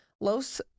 Los